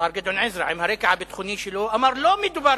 השר גדעון עזרא עם הרקע הביטחוני שלו אמר: לא מדובר